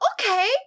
okay